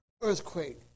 earthquake